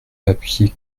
papier